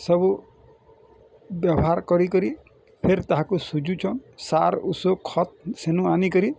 ସବୁ ବ୍ୟବହାର କରିକରି ଫିର୍ ତାହାକୁ ସୁଜୁଛନ୍ ସାର୍ ଔଷଧ୍ ଖତ୍ ସେନୁ ଆନିକରି